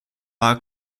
war